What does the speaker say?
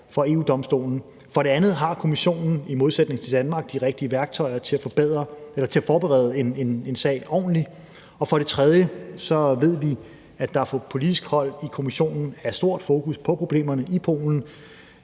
for EU-Domstolen, for det andet fordi Kommissionen i modsætning til Danmark har de rigtige værktøjer til at forberede en sag ordentligt, og for det tredje fordi vi ved, at der fra politisk hold i Kommissionen er stort fokus på problemerne i Polen.